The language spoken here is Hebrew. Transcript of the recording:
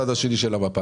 נעבור לצד השני של המפה.